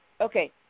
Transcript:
Okay